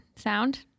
sound